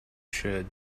should